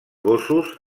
gossos